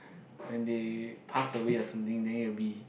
when they passed away or something then you will be